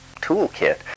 toolkit